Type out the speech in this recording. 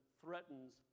threatens